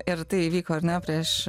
ir tai įvyko ar ne prieš